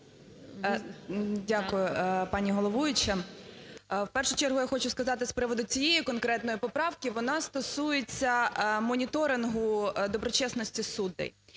Дякую, пані головуюча. В першу чергу я хочу сказати з приводу цієї конкретної поправки, вона стосується моніторингу доброчесності суддей.